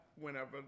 Whenever